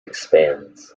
expands